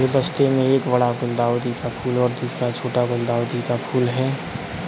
गुलदस्ते में एक बड़ा गुलदाउदी का फूल और दूसरा छोटा गुलदाउदी का फूल है